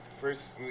first